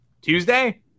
Tuesday